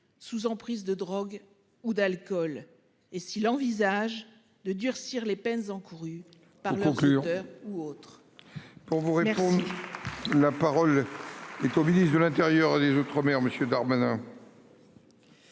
sous emprise de drogue ou d'alcool et s'il envisage de durcir les peines encourues par l'ordinateur. Ou autre. Pour vous répondre. La parole est au ministre de l'Intérieur et des Outre-mer monsieur Darmanin.